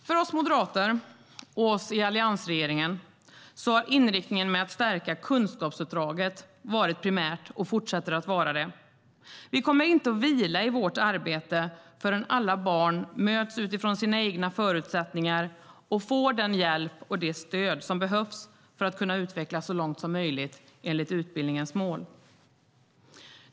För oss moderater och oss i alliansregeringen har inriktningen med att stärka kunskapsuppdraget varit primärt och fortsätter att vara det. Vi kommer inte att vila i vårt arbete förrän alla barn möts utifrån sina egna förutsättningar och får den hjälp och det stöd som behövs för att kunna utvecklas så långt som möjligt enligt utbildningens mål.